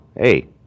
hey